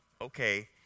okay